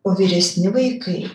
o vyresni vaikai